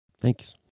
Thanks